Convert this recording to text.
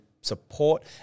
support